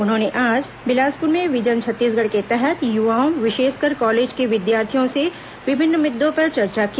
उन्होंने आज बिलासपुर में विजन छत्तीसगढ़ के तहत युवाओं विशेषकर कॉलेज के विद्यार्थियों से विभिन्न मुद्दों पर चर्चा की